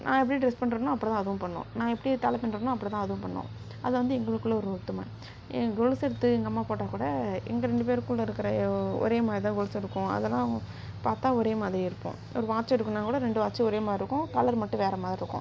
நான் எப்படி ட்ரெஸ் பண்றனோ அப்படிதான் அதுவும் பண்ணும் நான் எப்படி தலை பிண்ணுறனோ அப்படிதான் அதுவும் பிண்ணும் அதுவந்து எங்களுக்குள்ள ஒரு ஒத்துமை என் கொலுசு எடுத்து எங்கம்மா போட்டாக்கூட எங்க ரெண்டு பேருக்குள்ள இருக்கிற ஒரே மாதிரிதான் கொலுசு எடுக்குவாங்க அதெல்லாம் பார்த்தா ஒரே மாதிரி இருக்கும் ஒரு வாட்ச் எடுக்கணும்னாக்கூட ரெண்டு வாட்ச்சும் ஒரே மாதிரி இருக்கும் கலர் மட்டும் வேற மாதிரி இருக்கும்